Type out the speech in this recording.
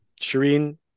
Shireen